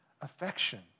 affection